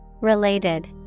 related